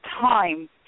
time